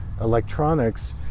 electronics